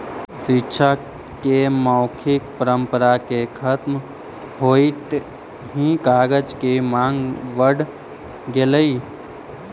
शिक्षा के मौखिक परम्परा के खत्म होइत ही कागज के माँग बढ़ गेलइ